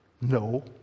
No